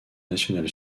nationale